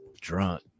drunk